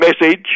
message